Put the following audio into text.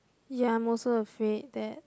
ya I'm also afraid that